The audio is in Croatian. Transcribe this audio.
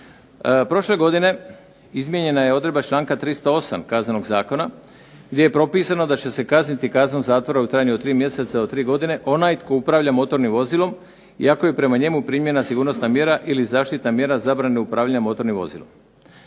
prošle godine izmijenjena je odredba članka 308. KZ-a gdje je propisano da će se kazniti kaznom zatvora u trajanju od 3 mjeseca do 3 godine onaj tko upravlja motornim vozilom iako je prema njemu primijenjena sigurnosna mjera ili zaštitna mjera zabrane upravljanja motornim vozilom.